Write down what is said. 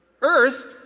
earth